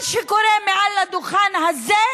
מה שקורה מעל הדוכן הזה